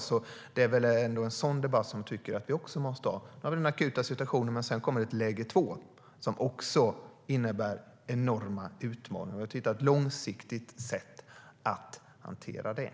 Jag tycker därför att vi måste ha en sådan debatt också. Nu har vi en akut situation. Men sedan kommer ett läge två som också innebär enorma utmaningar. Vi måste hitta ett långsiktigt sätt att hantera dem.